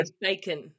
bacon